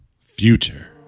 future